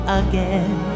again